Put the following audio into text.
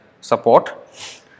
support